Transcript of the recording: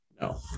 No